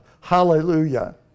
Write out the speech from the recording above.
Hallelujah